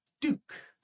Duke